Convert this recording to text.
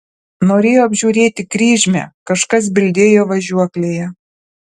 norėjau apžiūrėti kryžmę kažkas bildėjo važiuoklėje